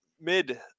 Mid